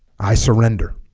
i surrender